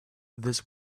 this